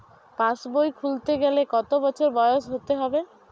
পাশবই খুলতে গেলে কত বছর বয়স হতে হবে?